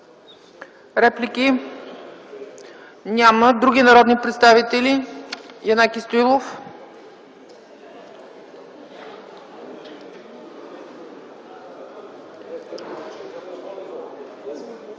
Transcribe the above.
Реплики? Няма. Други народни представители? Янаки Стоилов.